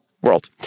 world